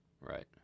Right